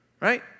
Right